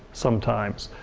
sometimes.